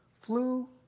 flu